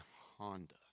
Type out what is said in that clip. Honda